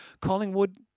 Collingwood